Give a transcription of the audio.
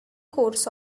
course